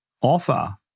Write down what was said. offer